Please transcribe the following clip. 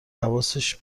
حواسش